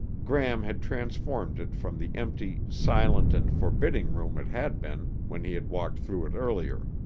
gram had transformed it from the empty, silent and forbidding room it had been when he had walked through it earlier.